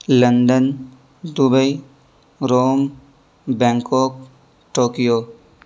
London Dubai Rome Bangkok Tokyo